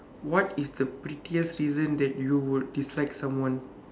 what is the pettiest reason that you would dislike someone